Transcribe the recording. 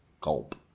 Gulp